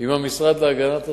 עם המשרד להגנת הסביבה,